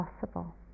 possible